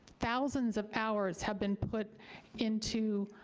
thousands of hours have been put into,